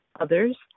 others